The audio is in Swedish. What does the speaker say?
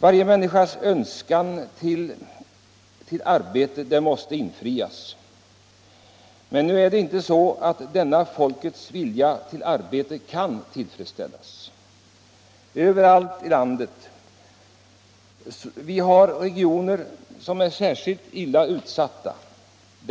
Varje människas önskan till arbete måste infrias. Men nu är det inte så att denna folkets vilja till arbete kan tillfredställas överallt i landet. Vissa regioner är särskilt illa utsatta,